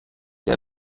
der